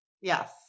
yes